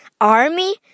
army